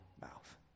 mouth